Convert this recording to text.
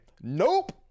nope